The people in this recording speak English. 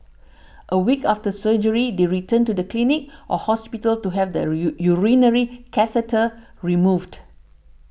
a week after surgery they return to the clinic or hospital to have the U urinary catheter removed